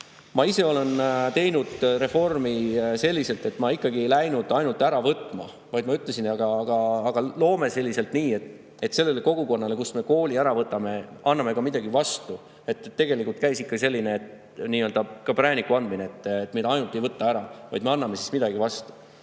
Ma ise olen teinud reformi selliselt, et ma ikkagi ei läinud ainult ära võtma, vaid ma ütlesin, et [teeme] nii, et sellele kogukonnale, kust me kooli ära võtame, anname ka midagi vastu. Tegelikult käis ikkagi selline nii-öelda ka prääniku andmine, et me ainult ei võta ära, vaid me anname ka midagi vastu.